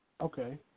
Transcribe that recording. Okay